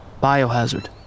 biohazard